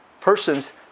persons